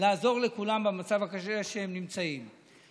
לעזור לכולם במצב הקשה שהם נמצאים בו.